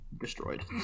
destroyed